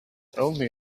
only